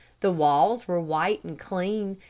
the walls were white and clean,